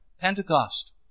Pentecost